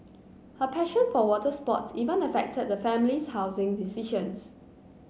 her passion for water sports even affected the family's housing decisions